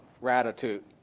gratitude